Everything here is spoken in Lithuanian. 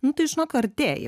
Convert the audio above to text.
nu tai žinok artėji